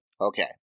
Okay